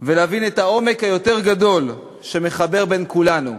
ולהבין את העומק היותר-גדול שמחבר בין כולנו,